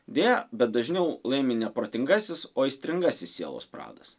deja bet dažniau laimi ne protingasis o aistringasis sielos pradas